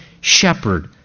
shepherd